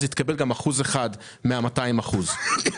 היא תקבל גם 1% מן ה-200 מיליון שקל.